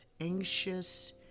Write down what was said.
anxious